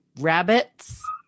rabbits